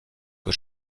que